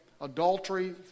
adultery